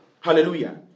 Hallelujah